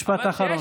משפט אחרון.